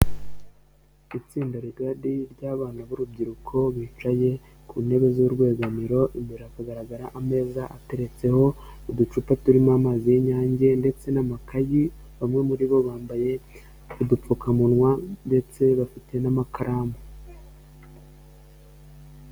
Itsinda rigari ry'abana b'urubyiruko bicaye ku ntebe z'urwegamiro, imbera hari kugaragara ameza ateretseho uducupa turimo amazi y'inyange ndetse n'amakayi, bamwe muri bo bambaye udupfukamunwa ndetse bafite n'amakaramu.